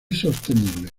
sostenible